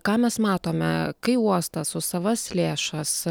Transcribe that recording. ką mes matome kai uostas už savas lėšas